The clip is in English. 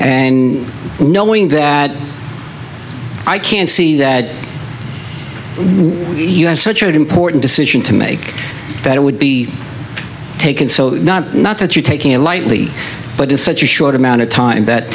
and knowing that i can see that you had such an important decision to make that it would be taken so not not that you're taking it lightly but it's such a short amount of time that